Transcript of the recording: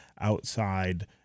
outside